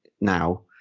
now